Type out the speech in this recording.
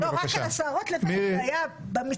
לא, רק על הסוהרות, היה במצטבר.